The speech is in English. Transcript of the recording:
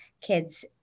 kids